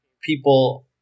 people